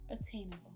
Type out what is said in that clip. attainable